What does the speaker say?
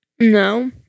No